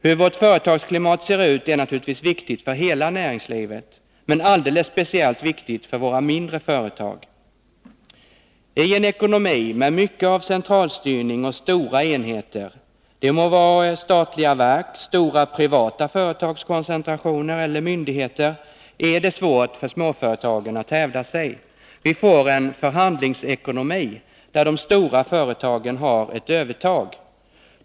Hur vårt företagsklimat ser ut är naturligtvis viktigt för hela näringslivet men alldeles speciellt viktigt för våra mindre företag. I en ekonomi med mycket av centralstyrning och stora enheter — det må vara statliga verk, stora privata företagskoncentrationer eller myndigheter — är det svårt för småföretagen att hävda sig. Vi får en ”förhandlingsekonomi”, där de stora företagen har ett övertag.